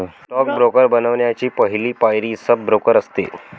stock broker बनण्याची पहली पायरी सब ब्रोकर असते